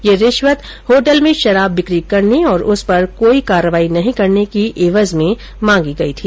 ये रिश्वत होटल में शराब बिकी करने और उस पर कोई कार्यवाही नहीं करने की एवज में मांगी गई थी